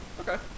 Okay